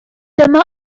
dyma